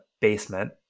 basement